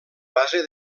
base